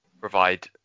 provide